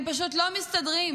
הם פשוט לא מסתדרים.